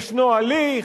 יש הליך,